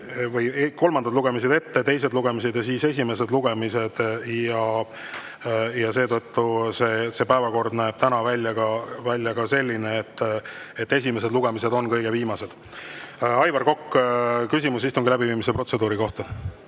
kolmandad lugemised ette, seejärel teised lugemised ja siis esimesed lugemised. Ja seetõttu päevakord näeb ka täna välja selline, et esimesed lugemised on kõige viimased. Aivar Kokk, küsimus istungi läbiviimise protseduuri kohta.